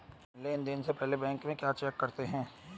Loan देने से पहले बैंक में क्या चेक करते हैं?